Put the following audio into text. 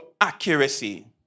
accuracy